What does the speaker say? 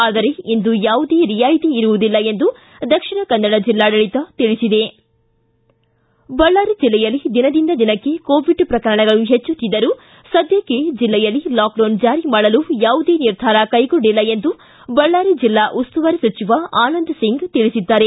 ಆದರೆ ಇಂದು ಯಾವುದೇ ರಿಯಾಯಿತಿ ಇರುವುದಿಲ್ಲ ಎಂದು ದಕ್ಷಿಣ ಕನ್ನಡ ಜಿಲ್ಲಾಡಳಿತ ತಿಳಿಸಿದೆ ಬಳ್ಳಾರಿ ಜಿಲ್ಲೆಯಲ್ಲಿ ದಿನದಿಂದ ದಿನಕ್ಕೆ ಕೋವಿಡ್ ಪ್ರಕರಣಗಳು ಹೆಚ್ಚುತ್ತಿದ್ದರೂ ಸದ್ಯಕ್ಕೆ ಜಿಲ್ಲೆಯಲ್ಲಿ ಲಾಕ್ಡೌನ್ ಜಾರಿ ಮಾಡಲು ಯಾವುದೇ ನಿರ್ಧಾರ ಕೈಗೊಂಡಿಲ್ಲ ಎಂದು ಬಳ್ಳಾರಿ ಜಿಲ್ಲಾ ಉಸ್ತುವಾರಿ ಸಚಿವ ಆನಂದ್ ಸಿಂಗ್ ಹೇಳಿದ್ದಾರೆ